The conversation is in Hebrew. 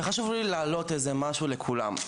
וחשוב לי להעלות איזה משהו בפני כולם.